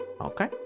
Okay